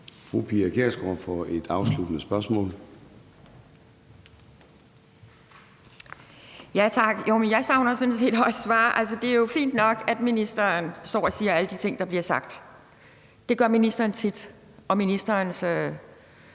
Fru Pia Kjærsgaard for et afsluttende spørgsmål. Kl. 14:21 Pia Kjærsgaard (DF): Tak. Jeg savner sådan set også svar. Det er jo fint nok, at ministeren står og siger alle de ting, der bliver sagt. Det gør ministeren og ministerens